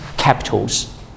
Capitals